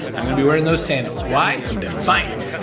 i'm gonna be wearing those sandals. why? i'm defiant.